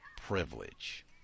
privilege